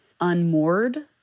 unmoored